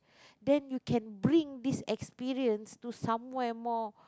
then you can bring this experience to somewhere more